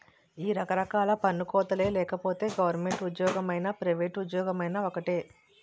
ఈ రకరకాల పన్ను కోతలే లేకపోతే గవరమెంటు ఉజ్జోగమైనా పైవేట్ ఉజ్జోగమైనా ఒక్కటే